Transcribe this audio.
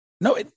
No